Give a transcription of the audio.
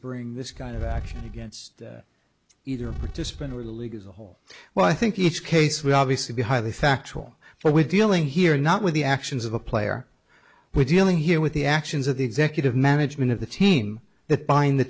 bring this kind of action against either a participant or league as a whole well i think each case we obviously be highly factual but we're dealing here not with the actions of a player we're dealing here with the actions of the executive management of the team that bind the